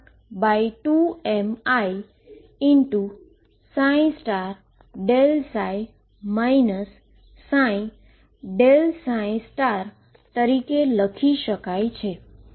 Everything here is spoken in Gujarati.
જે 2mi∇ψ ψ∇ તરીકે લખી શકાય છે